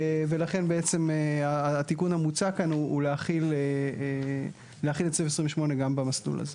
ולכן בעצם התיקון המוצע כאן הוא להחיל את סעיף 28 גם במסלול הזה.